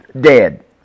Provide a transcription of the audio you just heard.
dead